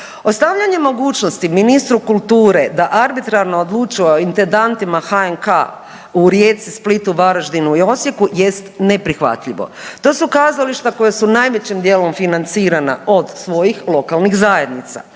Ostavljanje mogućnosti ministru kulture da arbitrarno odlučuje o intendantima HNK u Rijeci, Splitu, Varaždinu i Osijeku jest neprihvatljivo. To su kazališta koja su najvećim dijelom financirana od svojih lokalnih zajednica.